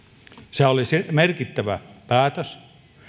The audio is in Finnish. sehän oli merkittävä päätös